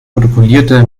protokollierte